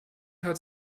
hat